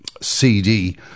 CD